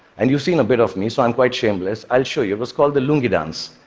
and you've seen a bit of me, so i'm quite shameless, i'll show you. it was called the lungi dance.